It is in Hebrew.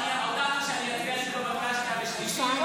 הודעתי שאני אצביע נגדו בקריאה השנייה והשלישית.